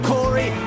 Corey